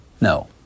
No